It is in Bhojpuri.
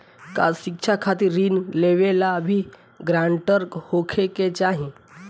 का शिक्षा खातिर ऋण लेवेला भी ग्रानटर होखे के चाही?